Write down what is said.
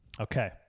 Okay